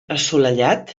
assolellat